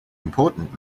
important